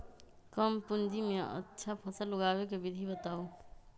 कम पूंजी में अच्छा फसल उगाबे के विधि बताउ?